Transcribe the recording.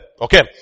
Okay